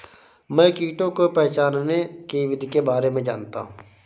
मैं कीटों को पहचानने की विधि के बारे में जनता हूँ